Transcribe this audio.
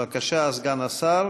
בבקשה, סגן השר